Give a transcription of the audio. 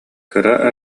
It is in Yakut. кыра